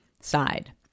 side